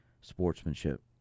sportsmanship